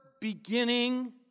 beginning